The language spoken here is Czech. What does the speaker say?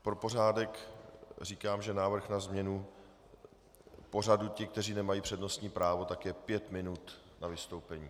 Pro pořádek říkám, že návrh na změnu pořadu pro ty, kteří nemají přednostní právo, je pět minut na vystoupení.